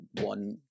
one